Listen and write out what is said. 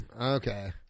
okay